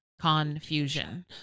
confusion